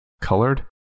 colored